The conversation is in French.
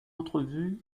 entrevue